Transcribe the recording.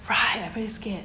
right I very scared